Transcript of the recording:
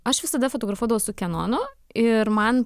aš visada fotografuodavau su kenonu ir man